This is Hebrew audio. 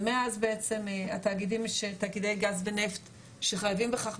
ומאז בעצם תאגידי גז ונפט שחייבים בכך,